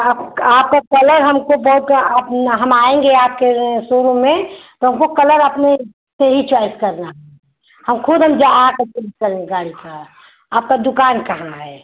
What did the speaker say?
आप आपका कलर हमको बहुत आप हम आएंगे आपके सो रूम में तो हमको कलर अपने से ही च्वॉइस करना है हम खुद हम आकर के निकाल लें गाड़ी का आपका दुकान कहाँ है